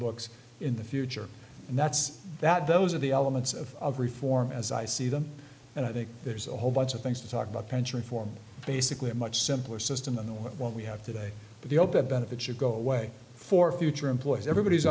books in the future and that's that those are the elements of reform as i see them and i think there's a whole bunch of things to talk about pension reform basically a much simpler system than what we have today but the open benefits should go away for future employers everybody's